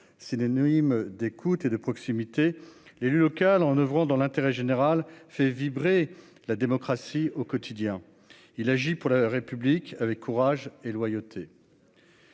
synonyme d'écoute et de proximité, l'élu local en oeuvrant dans l'intérêt général, fait vibrer la démocratie au quotidien, il agit pour la République avec courage et loyauté.